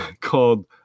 called